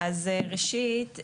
אז ראשית,